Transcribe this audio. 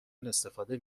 استفاده